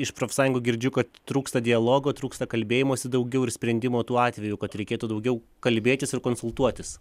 iš profsąjungų girdžiu kad trūksta dialogo trūksta kalbėjimosi daugiau ir sprendimo tuo atveju kad reikėtų daugiau kalbėtis ir konsultuotis